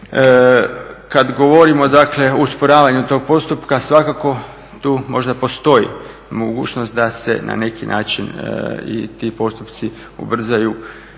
Kad govorimo dakle o usporavanju tog postupka svakako tu možda postoji mogućnost da se na neki način i ti postupci ubrzaju